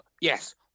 Yes